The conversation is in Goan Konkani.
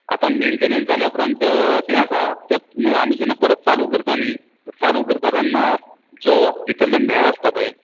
आतां मेंटेनन्स जाल्या उपरान तो किदें आसा तो आमी जेन्ना परत चालू करता न्ही चालू करता तेन्ना जो भितरलो म्हेळो आसता पय